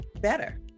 better